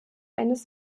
eines